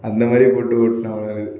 அந்த மாதிரி போட்டு ஓட்டினவன் நான்